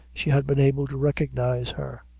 she had been able to recognize her.